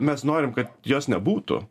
mes norim kad jos nebūtų